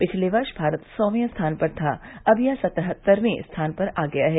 पिछले वर्ष भारत सौवें स्थान पर था अब यह सत्तहतरें स्थान पर आ गया है